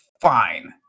fine